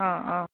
অঁ অঁ